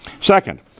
Second